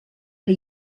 que